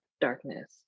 darkness